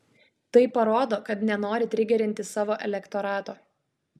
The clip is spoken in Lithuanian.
tai parodo kad nenori trigerinti savo elektorato